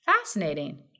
Fascinating